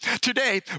Today